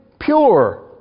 pure